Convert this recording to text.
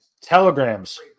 telegrams